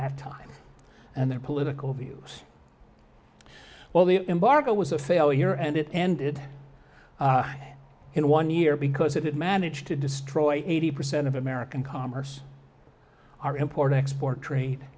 that time and their political views well the embargo was a failure and it ended in one year because it managed to destroy eighty percent of american commerce our importing export trade